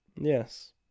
Yes